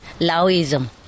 Laoism